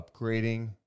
upgrading